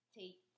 take